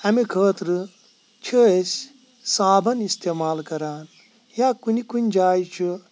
امہِ خٲطرٕ چھِ أسۍ صابن اِستِمال کَران یا کُنہِ کُن جاے چھُ